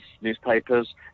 newspapers